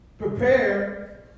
Prepare